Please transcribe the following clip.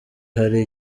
hari